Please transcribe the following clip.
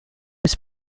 was